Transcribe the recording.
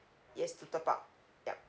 yes to top up yup